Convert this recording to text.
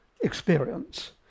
experience